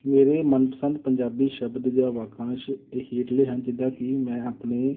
ਮੇਰੇ ਮਨਪਸੰਦ ਪੰਜਾਬੀ ਸ਼ਬਦ ਜਾਂ ਵਾਕਾਂਸ਼ ਇਹ ਹੇਠਲੇ ਹਨ ਜਿੱਦਾਂ ਕਿ ਮੈਂ ਆਪਣੇ